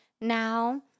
now